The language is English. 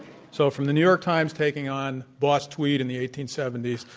so from the new york times taking on boss tweed in the eighteen seventy s,